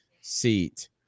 seat –